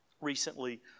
recently